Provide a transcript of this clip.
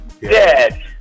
dead